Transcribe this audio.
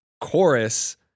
Chorus